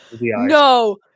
No